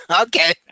Okay